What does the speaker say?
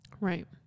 Right